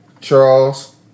Charles